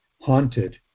haunted